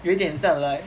有一点像 like